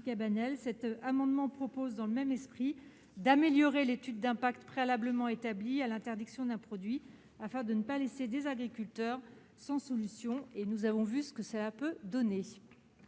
Cabanel. Par cet amendement, nous proposons, dans le même esprit, d'améliorer l'étude d'impact préalablement établie à l'interdiction d'un produit afin de ne pas laisser des agriculteurs sans solution, car nous avons vu ce que cela peut donner.